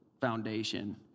foundation